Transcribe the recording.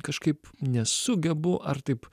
kažkaip nesugebu ar taip